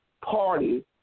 Party